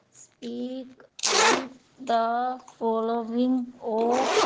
speak out the following of